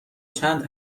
چند